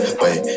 wait